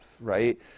right